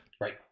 right